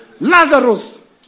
Lazarus